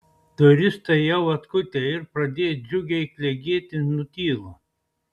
turistai jau atkutę ir pradėję džiugiai klegėti nutyla